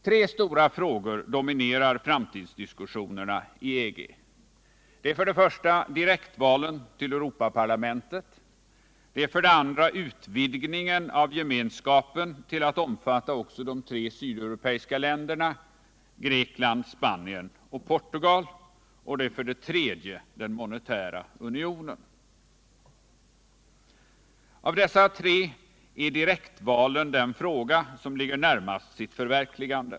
Tre stora frågor dominerar framtidsdiskussionerna i EG: 2. utvidgningen av Gemenskapen till att omfatta också de tre sydeuropeiska länderna Grekland, Spanien och Portugal; Av dessa är direktvalen den fråga som ligger närmast sitt förverkligande.